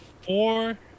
four